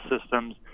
systems